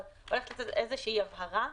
אבל הולכת לצאת הבהרה,